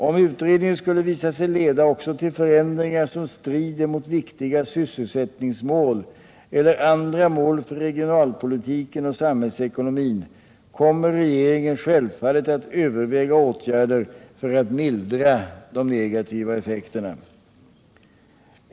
Om utredningen skulle visa sig leda också till förändringar som strider mot viktiga sysselsättningsmål eller andra mål för regionalpolitiken och samhällsekonomin kommer regeringen självfallet att överväga åtgärder för att mildra de negativa effekterna.